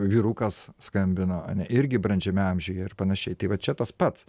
vyrukas skambino a ne irgi brandžiame amžiuje ir panašiai tai va čia tas pats